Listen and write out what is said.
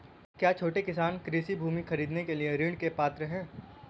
क्या छोटे किसान कृषि भूमि खरीदने के लिए ऋण के पात्र हैं?